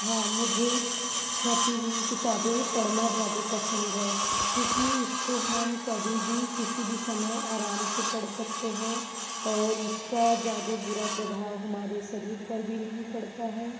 हाँ मुझे छपी हुई किताबें पढ़ना ज़्यादे पसंद है क्योंकि इसको हम कभी भी किसी भी समय आराम से पढ़ सकते हैं और इसका ज़्यादे बुरा प्रभाव हमारे शरीर पर भी नही पड़ता है